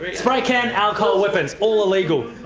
spray cans, alcohol, weapons, all illegal,